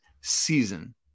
season